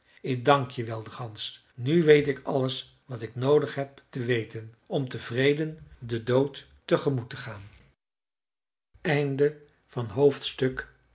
ik dank je wilde gans nu weet ik alles wat ik noodig heb te weten om tevreden den dood te gemoet te gaan